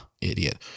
idiot